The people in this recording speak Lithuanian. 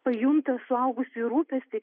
pajunta suaugusiųjų rūpestį